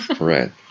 right